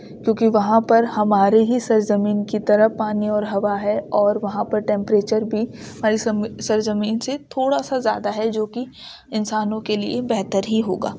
کیونکہ وہاں پر ہمارے ہی سرزمین کی طرح پانی اور ہوا ہے اور وہاں پر ٹیمپریچر بھی ہماری سرزمین سے تھوڑا سا زیادہ ہے جو کہ انسانوں کے لیے بہتر ہی ہوگا